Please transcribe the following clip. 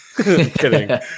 kidding